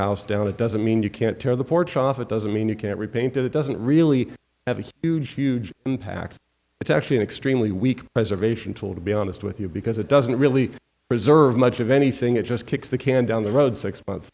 house down it doesn't mean you can't tear the porch off it doesn't mean you can't repaint it doesn't really have a huge huge impact it's actually an extremely weak preservation tool to be honest with you because it doesn't really preserve much of anything it just kicks the can down the road six